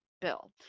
bill